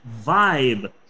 vibe